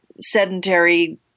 sedentary